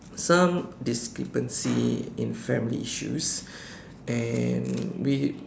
some discrepancy in family issues and we